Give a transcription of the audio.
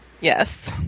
Yes